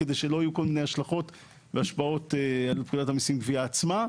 כדי שלא יהיו כל מיני השלכות והשפעות על פקודת המיסים (גבייה) עצמה.